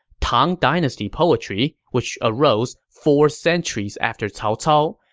tang dynasty poetry, which arose four centuries after cao cao,